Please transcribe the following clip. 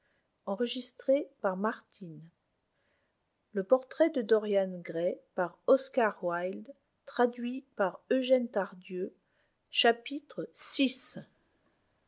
le portrait de dorian gray par oscar wilde i